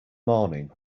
morning